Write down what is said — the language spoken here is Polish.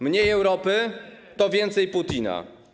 Mniej Europy to więcej Putina.